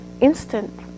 instant